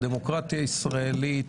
בדמוקרטיה הישראלית,